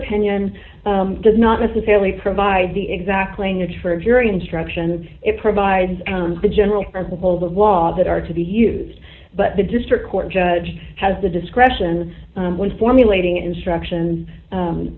opinion does not necessarily provide the exact language for a jury instruction it provides the general principles of law that are to be used but the district court judge has the discretion when formulating instructions